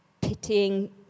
pitying